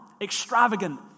extravagant